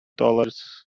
dollars